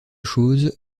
choses